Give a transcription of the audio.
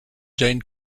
jane